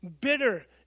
bitter